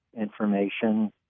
information